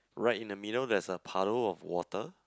right in the middle there's a puddle of water